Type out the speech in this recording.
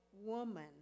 woman